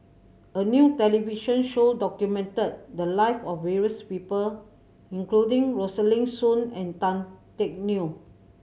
a new television show documented the live of various people including Rosaline Soon and Tan Teck Neo